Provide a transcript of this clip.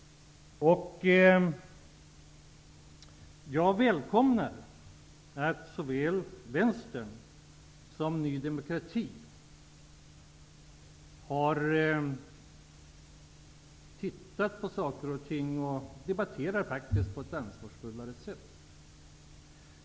Jag välkomnar att såväl Vänsterpartiet som Ny demokrati har tittat på saker och ting och faktiskt debatterar på ett ansvarsfullare sätt.